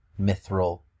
mithril